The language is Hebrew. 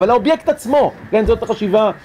אבל האובייקט עצמו, כן, זאת החשיבה.